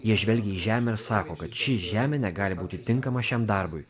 jie žvelgia į žemę ir sako kad ši žemė negali būti tinkama šiam darbui